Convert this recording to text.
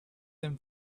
them